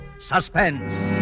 Suspense